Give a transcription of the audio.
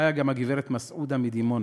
חיה גם הגברת מסעודה מדימונה,